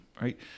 Right